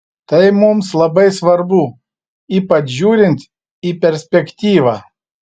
tai mums labai svarbu ypač žiūrint į perspektyvą